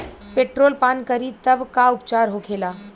Petrol पान करी तब का उपचार होखेला?